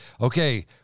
okay